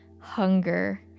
hunger